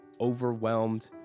overwhelmed